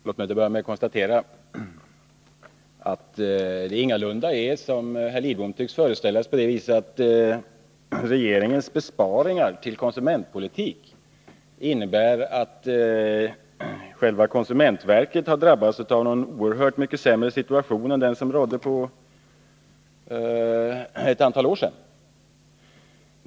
Herr talman! Låt mig till att börja med konstatera att det ingalunda är som herr Lidbom tycks föreställa sig, nämligen att regeringens besparingar när det gäller konsumentpolitik innebär att själva konsumentverket har hamnat i en oerhört mycket sämre situation än den man befann sig i för ett antal år sedan.